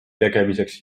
tegemiseks